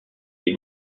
les